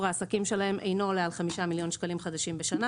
העסקים שלהם אינו עולה על חמישה מיליון שקלים חדשים בשנה